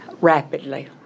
rapidly